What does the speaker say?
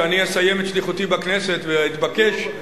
כשאסיים את שליחותי בכנסת ואתבקש,